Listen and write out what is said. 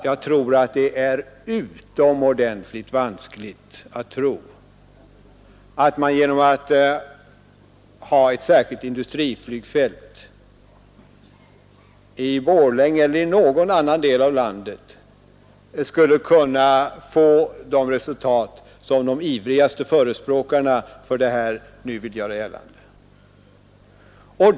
Jag anser att det är utomordentligt vanskligt att tro att man genom ett särskilt industriflygfält i Borlänge eller i någon annan del av landet skulle kunna få de resultat som de ivrigaste förespråkarna nu vill göra gällande.